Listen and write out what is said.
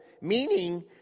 Meaning